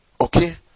Okay